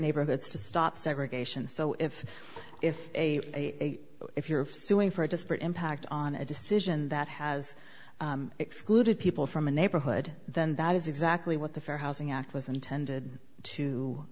neighborhoods to stop segregation so if if a if you're suing for a disparate impact on a decision that has excluded people from a neighborhood then that is exactly what the fair housing act was intended to